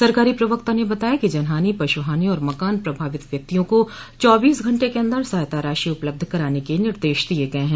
सरकारी प्रवक्ता ने बताया कि जनहानि पशुहानि और मकान प्रभावित व्यक्तियों को चौबीस घंटे क अंदर सहायता राशि उपलब्ध कराने के निर्देश दिये गये हैं